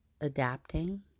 adapting